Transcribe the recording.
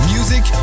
Music